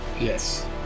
Yes